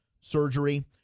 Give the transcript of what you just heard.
surgery